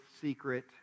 secret